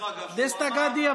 אני לא חזרתי,